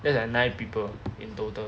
that's like nine people in total